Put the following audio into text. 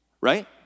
right